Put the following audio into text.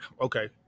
Okay